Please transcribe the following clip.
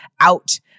out